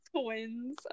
Twins